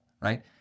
right